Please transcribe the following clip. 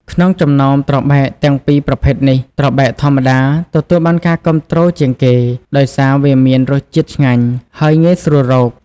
ក្នុងចំណោមត្របែកទាំងពីរប្រភេទនេះ ត្របែកធម្មតា ទទួលបានការគាំទ្រជាងគេ ដោយសារវាមានរសជាតិឆ្ងាញ់ ហើយងាយស្រួលរក។